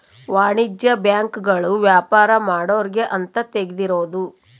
ವಾಣಿಜ್ಯ ಬ್ಯಾಂಕ್ ಗಳು ವ್ಯಾಪಾರ ಮಾಡೊರ್ಗೆ ಅಂತ ತೆಗ್ದಿರೋದು